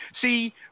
See